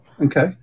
Okay